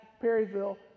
Perryville